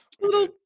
little